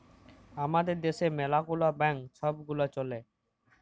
আমাদের দ্যাশে ম্যালা গুলা ব্যাংক ছব গুলা চ্যলে